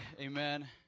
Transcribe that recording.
Amen